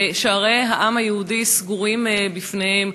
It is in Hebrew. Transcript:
ושערי העם היהודי סגורים בפניהם.